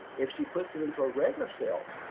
if she puts it into a regular cell.